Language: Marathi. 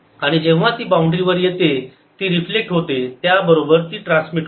आणि जेव्हा ती बाउंड्री वर येते ती रिफ्लेक्ट होते त्याच बरोबर ट्रान्समिट होते